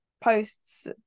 posts